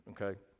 okay